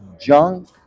junk